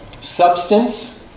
substance